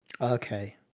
Okay